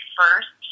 first